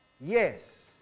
Yes